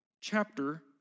chapter